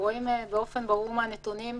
רואים באופן ברור מהנתונים,